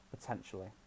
potentially